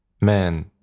man